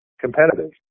competitive